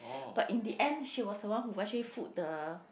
but in the end she was the one who actually foot the